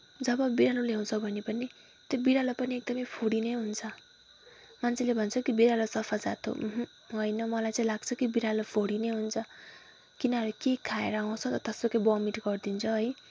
जब बिरालो ल्याउँछौँ भने पनि त्यो बिरालो पनि एकदमै फोहोरी नै हुन्छ मान्छेले भन्छ कि बिरालो सफा जात हो अहँ होइन मलाई चाहिँ लाग्छ कि बिरालो फोहोरी नै हुन्छ तिनीहरू के खाएर आउँछ जत्तासुकै वोमिट गरिदिन्छन् है